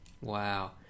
Wow